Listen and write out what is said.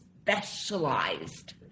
specialized